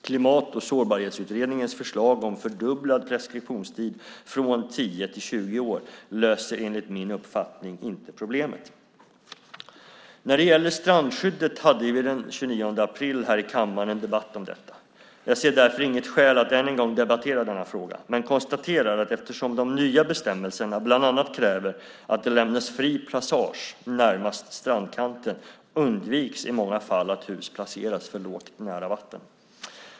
Klimat och sårbarhetsutredningens förslag om fördubblad preskriptionstid från 10 till 20 år löser enligt min uppfattning inte problemet. När det gäller strandskyddet hade vi den 29 april här i kammaren en debatt om detta. Jag ser därför inget skäl att än en gång debattera denna fråga, men konstaterar att eftersom de nya bestämmelserna bland annat kräver att det lämnas fri passage närmast strandkanten undviks i många fall att hus placeras för lågt nära vatten.